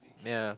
ya